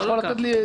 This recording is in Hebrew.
אתה היית שם.